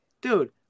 dude